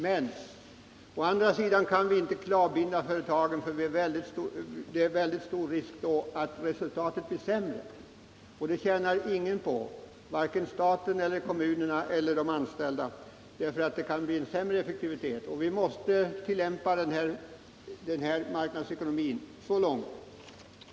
Men å andra sidan kan vi inte klavbinda företagen, för det är då stor risk för att resultatet blir sämre, och det tjänar ingen på — varken staten, kommunerna eller de anställda. Det kan bli sämre effektivitet. Vi måste tillämpa marknadsekonomin så långt.